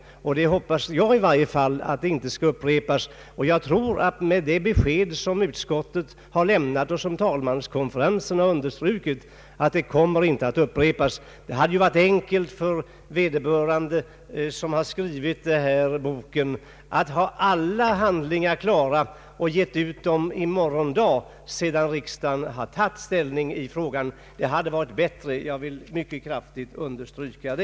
Jag hoppas att det skedda inte skall upprepas, och jag tror att med det besked som utskottet har lämnat och som talmanskonferensen har understrukit kommer det inte att bli en upprepning. Det hade ju varit enkelt för vederbörande som har skrivit boken att ha alla handlingar klara och ge ut boken i morgon dag sedan riksdagen har tagit ställning. Jag vill mycket kraftigt understryka att det hade varit bättre med ett sådant förfarande.